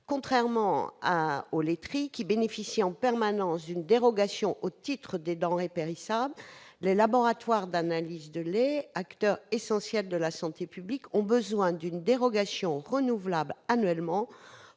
Contrairement à ces dernières, qui profitent en permanence d'une dérogation au titre des denrées périssables, les laboratoires d'analyse de lait, acteurs essentiels de la santé publique, ont besoin d'une dérogation renouvelable annuellement